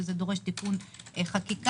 שזה דורש תיקון חקיקה,